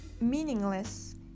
meaningless